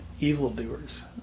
evildoers